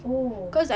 oh